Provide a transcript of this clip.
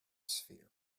sphere